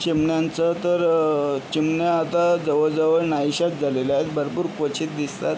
चिमण्यांचं तर चिमण्या आता जवळ जवळ नाहीशाच झालेल्या आहेत भरपूर क्वचित दिसतात